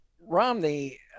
Romney